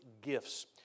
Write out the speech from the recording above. gifts